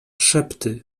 szepty